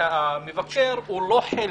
המבקר הוא לא חלק,